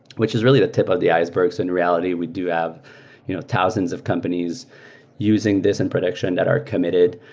which is really the tip of the iceberg. so in reality, we do have you know thousands of companies using this in production that are committed.